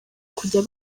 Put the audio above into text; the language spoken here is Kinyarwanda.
kujya